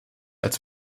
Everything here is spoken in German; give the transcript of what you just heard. als